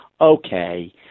Okay